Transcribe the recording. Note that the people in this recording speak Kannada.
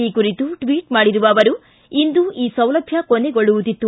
ಈ ಕುರಿತು ಟ್ವಿಟ್ ಮಾಡಿರುವ ಅವರು ಇಂದು ಈ ಸೌಲಭ್ಯ ಕೊನೆಗೊಳ್ಳುವುದಿತ್ತು